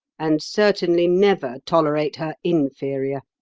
and certainly never tolerate her inferior?